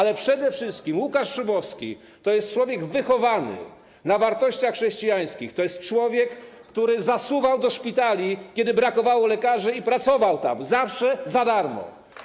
Ale przede wszystkim Łukasz Szumowski to jest człowiek wychowany na wartościach chrześcijańskich, to jest człowiek, który zasuwał do szpitali, kiedy brakowało lekarzy, i zawsze pracował tam za darmo.